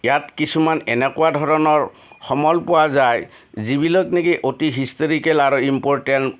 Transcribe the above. ইয়াত কিছুমান এনেকুৱা ধৰণৰ সমল পোৱা যায় যিবিলাক নেকি অতি হিষ্টৰিকেল আৰু ইমপ'ৰটেণ্ট